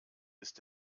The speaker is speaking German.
ist